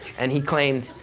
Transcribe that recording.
and he claimed,